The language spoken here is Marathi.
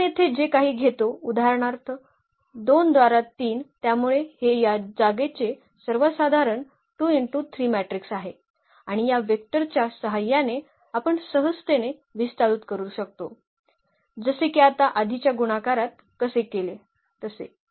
आपण येथे जे काही घेतो उदाहरणार्थ २ द्वारा 3 त्यामुळे हे या जागेचे सर्वसाधारण मॅट्रिक्स आहे आणि या व्हेक्टरच्या सहाय्याने आपण सहजतेने विस्तारित करू शकतो जसे की आता आधीच्या गुणाकारात केले तसे